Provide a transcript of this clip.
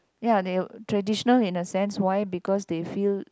ya they traditional in the sense why because they feel